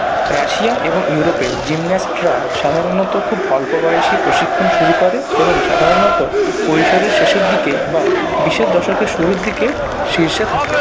Russia এবং ইউরোপে জিমন্যাস্টরা সাধারণত খুব অল্প বয়সেই প্রশিক্ষণ শুরু করে এবং সাধারণত কৈশোরের শেষের দিকে বা বিশের দশকের শুরুর দিকে শীর্ষে থাকে